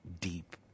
deep